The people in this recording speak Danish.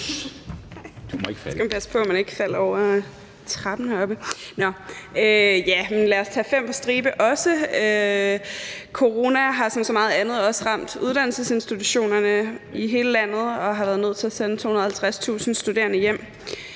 lad os tage fem på stribe også. Corona har også ramt uddannelsesinstitutionerne i hele landet – som så meget andet – og man har været nødt til at sende 250.000 studerende hjem.